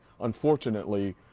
unfortunately